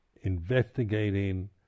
investigating